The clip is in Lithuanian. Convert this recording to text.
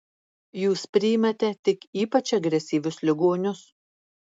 jūs priimate tik ypač agresyvius ligonius